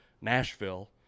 Nashville –